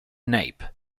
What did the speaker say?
nape